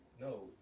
no